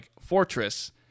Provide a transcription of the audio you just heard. fortress